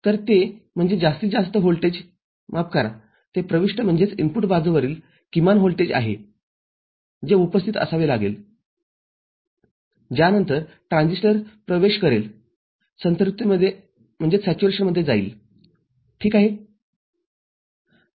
तर ते म्हणजे जास्तीत जास्त व्होल्टेज माफ कराते प्रविष्टबाजूवरील किमान व्होल्टेज आहे जे उपस्थित असावे लागते ज्यानंतर ट्रान्झिस्टर प्रवेश करेलसंतृप्तिमध्ये जाईल ठीक आहे